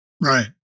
Right